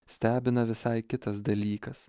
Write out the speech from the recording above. stebina visai kitas dalykas